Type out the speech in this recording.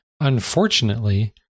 unfortunately